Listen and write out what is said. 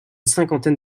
cinquantaine